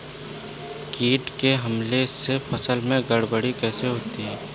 कीट के हमले से फसल में गड़बड़ी कैसे होती है?